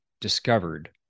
discovered